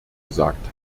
gesagt